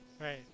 Right